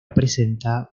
presenta